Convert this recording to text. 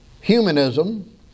Humanism